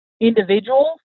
individuals